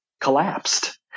collapsed